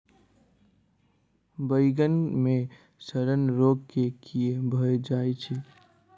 बइगन मे सड़न रोग केँ कीए भऽ जाय छै?